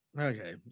Okay